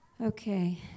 Okay